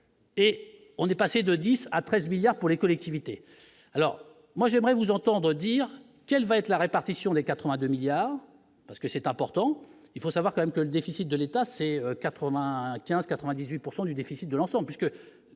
Et on est passé de 10 à 13 milliards pour les collectivités, alors moi j'aimerais vous entendre dire quelle va être la répartition des 82 milliards parce que c'est important, il faut savoir quand même que le déficit de l'État, c'est 95 98 pourcent du du déficit de l'ensemble